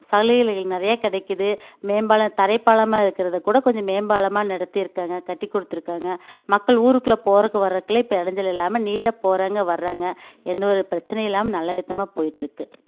சலுகைகள் நிறைய கிடைக்கிது மேம்பாலம் தரைப்பாலமாக இருக்கிறத கூட கொஞ்சம் மேம்பாலமாக நடத்தி இருக்காங்க கட்டிக்கொடுத்துருக்காங்க மக்கள் ஊருக்குள்ளே போகிறக்கு வரதுக்குலே இப்போ இடஞ்சல் இல்லாமல் நீட்டாக போகிறாங்க வர்றாங்க எந்த ஒரு பிரச்சனையும் இல்லாமல் நல்ல விதமாக போயிட்டிருக்கு